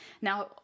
Now